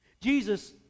Jesus